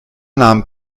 nahm